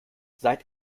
seit